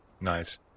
Nice